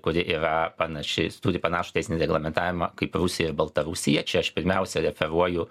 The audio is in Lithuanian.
kuri yra panaši turi panašų teisinį reglamentavimą kaip rusija ir baltarusija čia aš pirmiausia referuoju